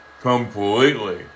completely